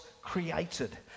created